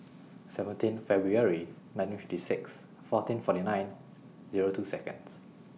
seventeen February nineteen fifty six fourteen forty nine Zero two Seconds